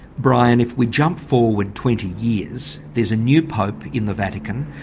brian if we jump forward twenty years, there's a new pope in the vatican,